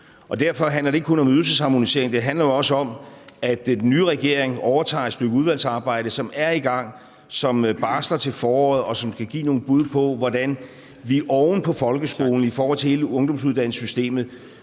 Derfor handler det ikke kun om ydelsesharmonisering. Det handler jo også om, at den nye regering overtager et stykke udvalgsarbejde, som er i gang, som barsler til foråret, og som skal give nogle bud på, hvordan vi oven på folkeskolen i forhold til hele ungdomsuddannelsessystemet